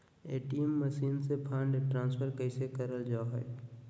ATM machine से fund transfer कैसे करल जा है?